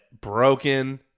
broken